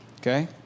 okay